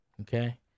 okay